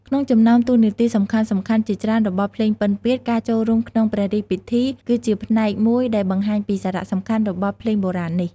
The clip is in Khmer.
ក្នុងចំណោមតួនាទីសំខាន់ៗជាច្រើនរបស់ភ្លេងពិណពាទ្យ ការចូលរួមក្នុងព្រះរាជពិធី គឺជាផ្នែកមួយដែលបង្ហាញពីសារៈសំខាន់របស់ភ្លេងបុរាណនេះ។